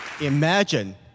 Imagine